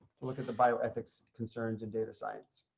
to look at the bioethics concerns and data science.